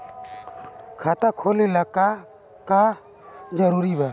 खाता खोले ला का का जरूरी बा?